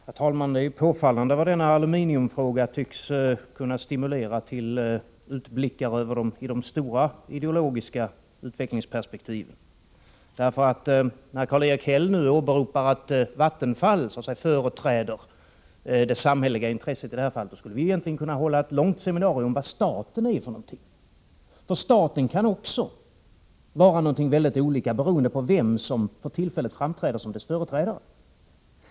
Herr talman! Det är påfallande vad denna aluminiumfråga tycks kunna stimulera till utblickar i de stora ideologiska utvecklingsperspektiven. När Karl-Erik Häll nu åberopar att Vattenfall företräder det samhälleliga intresset i detta fall skulle vi egentligen kunna hålla ett långt seminarium om vad staten är för någonting. Staten kan också vara något som varierar beroende på vem som för tillfället framträder som dess företrädare.